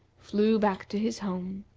flew back to his home.